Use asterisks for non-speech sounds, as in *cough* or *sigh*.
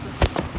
*noise*